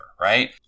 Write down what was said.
Right